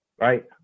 right